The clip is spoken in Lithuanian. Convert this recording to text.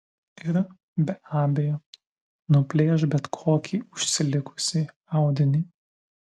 ir be abejo nuplėš bet kokį užsilikusį audinį